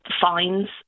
Fines